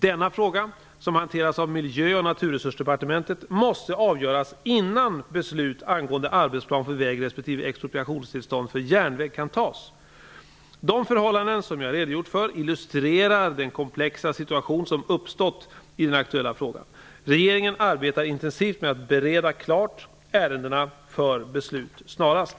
Denna fråga, som hanteras av Miljö och naturresursdepartementet, måste avgöras innan beslut angående arbetsplan för väg respektive expropriationstillstånd för järnväg kan fattas. De förhållanden som jag redogjort för illustrerar den komplexa situation som uppstått i den aktuella frågan. Regeringen arbetar intensivt med att bereda klart ärendena för beslut snarast.